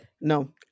No